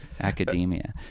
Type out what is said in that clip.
academia